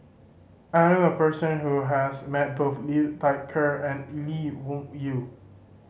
I knew a person who has met both Liu Thai Ker and Lee Wung Yew